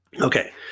Okay